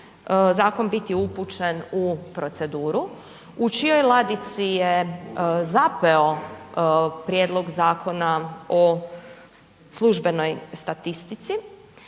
zakon biti upućen u proceduru. U čijoj ladici je zapeo Prijedlog zakona o službenoj statistici,